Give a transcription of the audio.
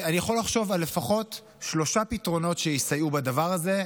אני יכול לחשוב על לפחות שלושה פתרונות שיסייעו בדבר הזה,